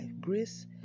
Grace